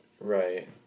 Right